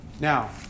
Now